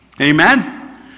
Amen